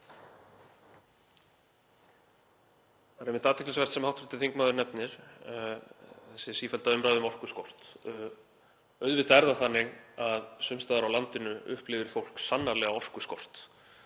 Það er einmitt athyglisvert sem hv. þingmaður nefnir, þessi sífellda umræða um orkuskort. Auðvitað er það þannig að sums staðar á landinu upplifir fólk sannarlega orkuskort,